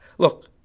Look